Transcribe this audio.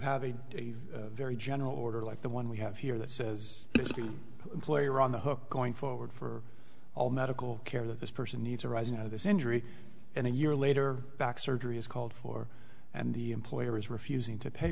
have a very general order like the one we have here that says if you employer on the hook going forward for all medical care that this person needs arising out of this injury and a year later back surgery is called for and the employer is refusing to pay